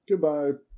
Goodbye